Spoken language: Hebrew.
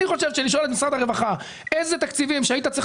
אני חושב שלשאול את משרד הרווחה איזה תקציבים שהיית צריך